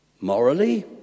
Morally